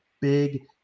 big